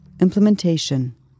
Implementation